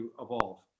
evolve